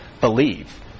believe